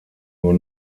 nur